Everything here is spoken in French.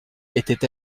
était